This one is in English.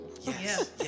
Yes